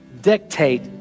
dictate